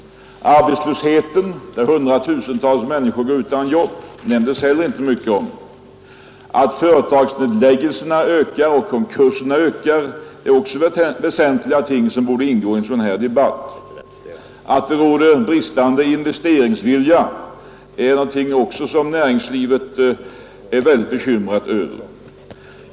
Arbetslösheten, att hundratusentals människor går utan jobb, nämnde han inte heller mycket om. Att företagsnedläggelserna och konkurserna ökar är också väsentliga ting som borde ingå i en sådan här debatt. Att det råder bristande investeringsvilja är något som näringslivet är mycket bekymrat över.